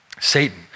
Satan